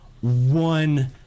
one